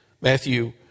Matthew